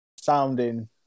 sounding